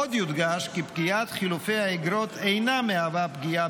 עוד יודגש כי פקיעת חילופי האיגרות אינה מהווה פגיעה